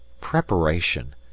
preparation